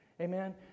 Amen